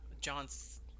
John's